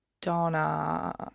Donna